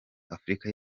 afurika